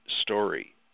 story